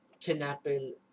kidnapping